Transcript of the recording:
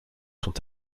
sont